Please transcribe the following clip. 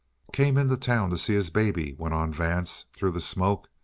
came into town to see his baby, went on vance through the smoke.